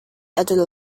other